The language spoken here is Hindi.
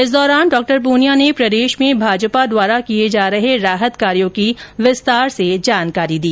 इसे दौरान डॉ पूनिया ने प्रदेश में भाजपा द्वारा किए जा रहे राहत कार्यो की विस्तार से जानकारी दी